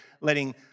Letting